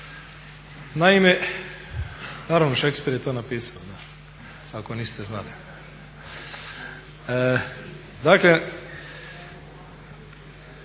Naime, naravno Shakespeare je to napisao da ako niste znali. Dakle